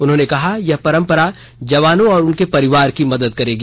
उन्होंने कहा यह परम्परा जवानों और उनके परिवार की मदद करेगी